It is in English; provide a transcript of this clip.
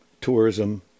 tourism